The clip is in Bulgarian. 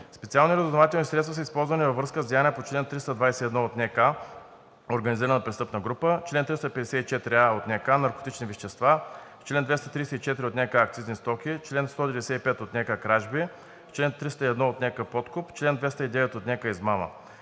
Специални разузнавателни средства са използвани във връзка с деяния по чл. 321 от НК – организирана престъпна група, чл. 354а от НК – наркотични вещества, чл. 234 от НК – акцизни стоки, чл. 195 от НК – кражби, чл. 301 от НК – подкуп, чл. 209 от НК – измама,